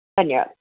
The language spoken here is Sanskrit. धन्यवादः